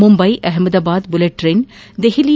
Mumbai Ahmedabad bullet train Delhi